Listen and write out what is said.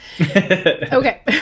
Okay